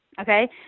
Okay